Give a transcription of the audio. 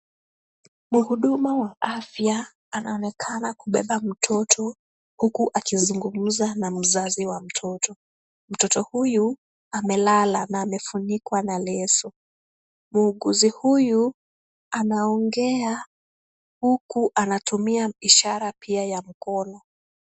Muhuduma wa afya anaonekana kubeba mtoto, huku akizungumza na mzazi wa mtoto. Mtoto huyu amelala na amefunikwa na leso. Muuguzi huyu anaongea, huku anatumia ishara pia ya mkono.